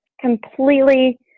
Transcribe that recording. completely